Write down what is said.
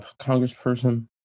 congressperson